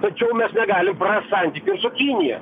tačiau mes negalim santykių su kinija